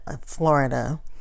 Florida